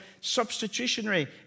substitutionary